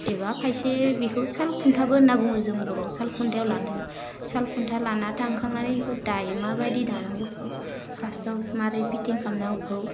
एबा खायसे बेखौ साल खुन्थाबो होनना बुङो जों बर'वाव साल खुन्थायाव लाना थाङो साल खुन्था लाना थांखानानै बेखौ दायो माबायदि दानांगौ बेखौ फास्टआव माबोरै फिटिं खालामनांगौ इखौ